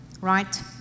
right